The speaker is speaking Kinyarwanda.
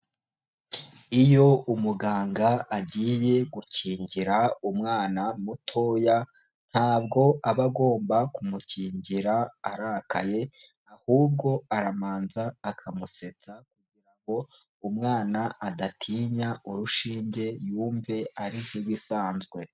Iyo umuganga agiye gukingira umwana mutoya, ntabwo aba agomba kumukingira arakaye ahubwo arabanza akamusetsa kugira ngo umwana adatinya urushinge yumve ari nk'ibisanzwe.